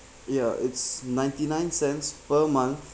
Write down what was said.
ya it's ninety nine cents per month